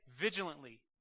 vigilantly